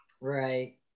right